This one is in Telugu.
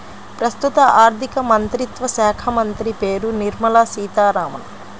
ప్రస్తుత ఆర్థికమంత్రిత్వ శాఖామంత్రి పేరు నిర్మల సీతారామన్